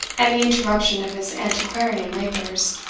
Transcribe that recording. and the interruption of his antiquarian labours.